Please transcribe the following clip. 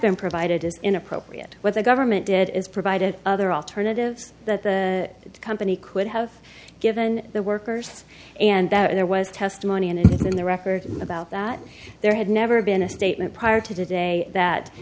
been provided is inappropriate what the government did is provided other alternatives that the company could have given the workers and that there was testimony and in the record about that there had never been a statement prior to today that